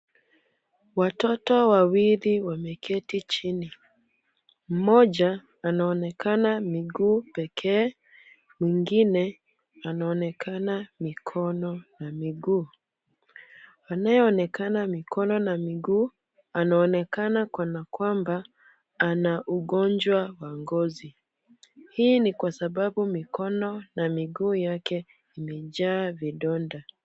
Watoto wawili wameketi chini. Mmoja anaonekana miguu pekee mwingine anaonekana mikono na miguu. Anayeonekana mikono na miguu anaonekana kana kwamba ana ugonjwa wa ngozi. Hii ni kwa sababu mikono na miguu yake imejaa vidonda.